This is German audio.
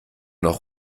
noch